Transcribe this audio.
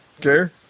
care